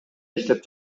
иштеп